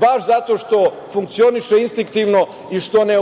baš zato što funkcioniše instiktivno i što ne